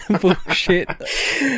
bullshit